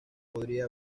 podría